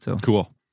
Cool